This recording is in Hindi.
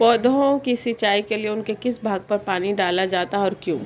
पौधों की सिंचाई के लिए उनके किस भाग पर पानी डाला जाता है और क्यों?